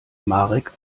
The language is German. marek